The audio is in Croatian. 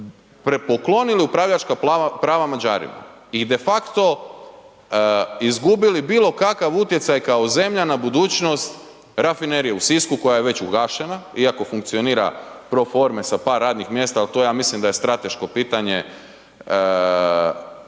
poklonili upravljačka prava Mađarima i de facto izgubili bilokakav utjecaj kao zemlja na budućnost rafinerije u Sisku koja je već ugašena iako funkcionira pro forme sa par radnih mjesta ali to ja mislim da je strateško pitanje vlasnika